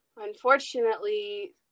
unfortunately